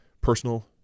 Personal